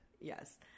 Yes